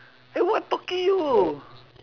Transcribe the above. eh what talking you